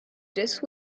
dish